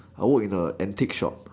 I work in a antique shop